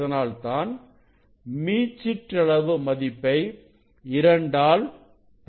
அதனால்தான் மீச்சிற்றளவு மதிப்பை இரண்டால் பெருக்குகிறோம்